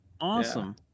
Awesome